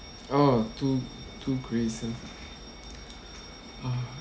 oh two two grace eh ah